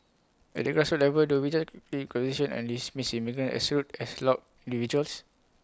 at the grassroots level do we judge and dismiss immigrants as rude as loud individuals